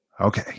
Okay